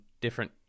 different